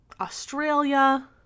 Australia